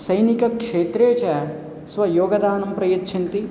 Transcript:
सैनिकक्षेत्रे च स्वयोगदानं प्रयच्छन्ति